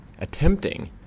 attempting